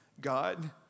God